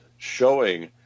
showing